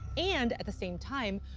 and, at the same time,